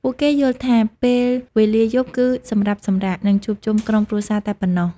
ពួកគេយល់ថា ពេលវេលាយប់គឺសម្រាប់សម្រាក និងជួបជុំក្រុមគ្រួសារតែប៉ុណ្ណោះ។